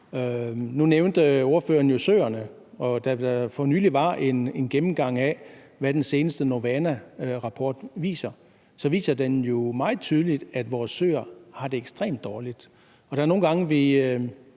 jo søerne. Der var for nylig en gennemgang af, hvad den seneste NOVANA-rapport viser, og den viser jo meget tydeligt, at vores søer har det ekstremt dårligt.